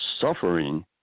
suffering